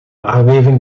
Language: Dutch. aardbeving